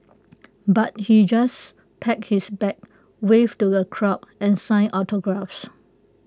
but he just packed his bag waved to the crowd and signed autographs